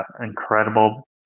incredible